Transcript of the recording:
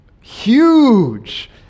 huge